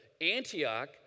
Antioch